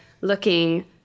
looking